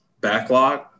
backlog